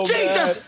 Jesus